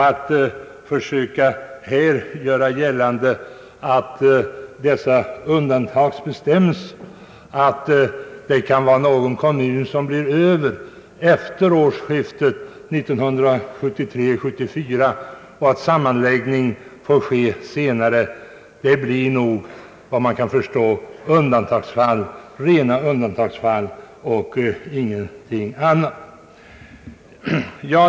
Att någon kommun kan bli över efter årsskiftet 1973—1974 och att sammanläggning i så fall får ske senare blir nog, efter vad jag kan förstå, rena undantagsfall.